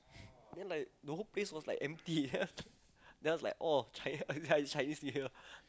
then like the whole place was like empty then I was like oh Chinese yeah it's Chinese New Year